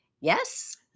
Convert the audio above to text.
Yes